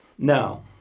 No